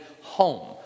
home